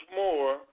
more